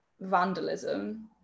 vandalism